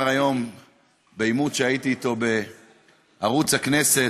היום בעימות שהייתי איתו בערוץ הכנסת,